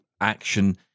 action